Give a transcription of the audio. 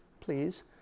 please